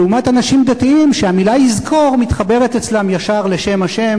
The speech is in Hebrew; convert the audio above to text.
לעומת אנשים דתיים שהמלה "יזכור" מתחברת אצלם ישר לשם ה'